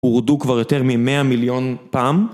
הורדו כבר יותר ממאה מיליון פעם?